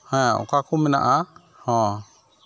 ᱦᱮᱸ ᱚᱠᱟ ᱠᱚ ᱢᱮᱱᱟᱜᱼᱟ ᱦᱚᱸ